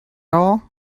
all